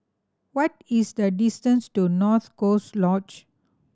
what is the distance to North Coast Lodge